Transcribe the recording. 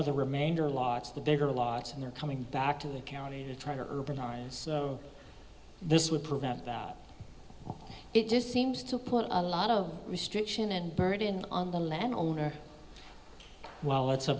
of the remainder lots of the bigger lots and they're coming back to the county to try to urbanize this would prove that it just seems to put a lot of restriction and burden on the landowner while it's a